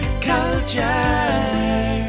culture